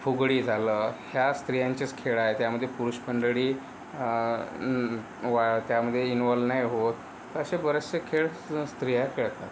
फुगडी झालं ह्या स्त्रियांचेच खेळ आहे त्यामधे पुरुष मंडळी वा त्यामध्ये इंवॉल्व नाही होत असे बरेचसे खेळ स्त्रिया खेळतात